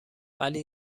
ولی